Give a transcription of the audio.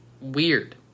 weird